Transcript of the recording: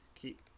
Keep